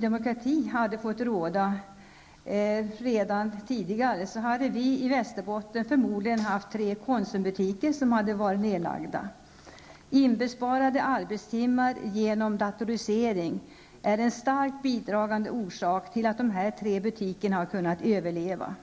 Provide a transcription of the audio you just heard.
Demokrati hade fått råda redan tidigare, hade vi i Västerbotten förmodligen fått tre Konsumbutiker nedlagda. Inbesparade arbetstimmar genom datorisering är en starkt bidragande orsak till att dessa tre butiker har kunnat överleva.